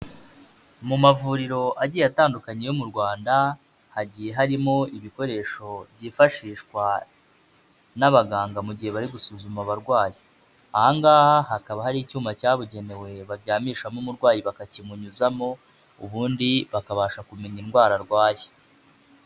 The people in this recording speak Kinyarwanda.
Mu mavuriro agiye atandukanye yo mu Rwanda, hagiye harimo ibikoresho byifashishwa n'abaganga mu gihe bari gusuzuma abarwayi. Aha ngaha hakaba hari icyuma cyabugenewe baryamishamo umurwayi bakakimunyuzamo, ubundi bakabasha kumenya indwara arwaye.